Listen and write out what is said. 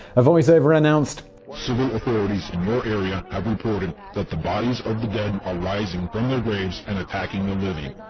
a voiceover announced civil authorities in your area have reported that the bodies of the dead are rising from their graves and attacking the living.